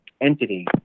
entity